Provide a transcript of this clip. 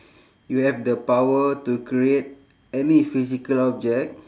you have the power to create any physical object